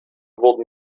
wurden